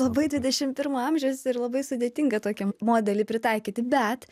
labai dvidešim pirmo amžiaus ir labai sudėtinga tokį modelį pritaikyti bet